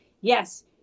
yes